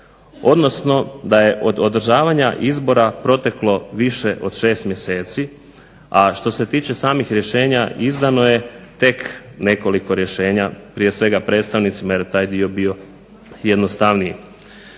odnosno da je od održavanja izbora proteklo više od 6 mjeseci. A što se tiče samih rješenja izdano je tek nekoliko rješenja, prije svega predstavnicima jer je taj dio bio jednostavniji.